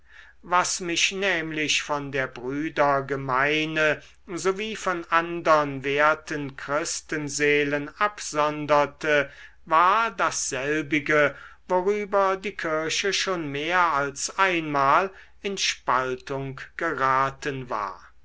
was mich nämlich von der brüdergemeine so wie von andern werten christenseelen absonderte war dasselbige worüber die kirche schon mehr als einmal in spaltung geraten war